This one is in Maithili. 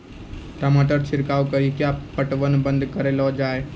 टमाटर छिड़काव कड़ी क्या पटवन बंद करऽ लो जाए?